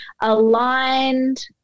aligned